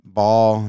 ball